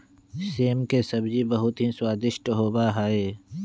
सेम के सब्जी बहुत ही स्वादिष्ट होबा हई